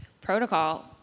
protocol